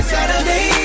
Saturday